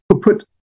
put